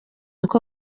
ibyo